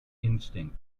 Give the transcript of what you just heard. instinct